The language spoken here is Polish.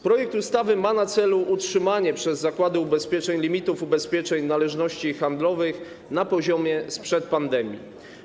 Projekt ustawy ma na celu utrzymanie przez zakłady ubezpieczeń limitów ubezpieczeń należności handlowych na poziomie sprzed pandemii.